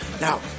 Now